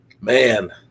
Man